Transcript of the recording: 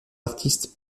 artistes